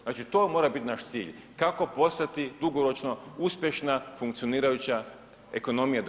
Znači to mora biti naš cilj kao postati dugoročno uspješna funkcionirajuća ekonomija država.